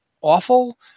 awful